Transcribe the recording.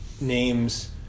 names